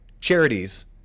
charities